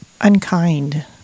unkind